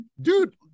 Dude